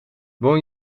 woon